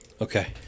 Okay